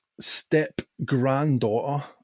step-granddaughter